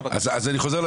זה חלק מהבקשה.